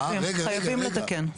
חייבים לתקן.